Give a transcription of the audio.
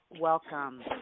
welcome